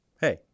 Hey